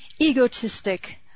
egotistic